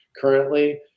currently